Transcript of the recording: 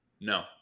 No